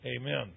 Amen